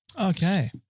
Okay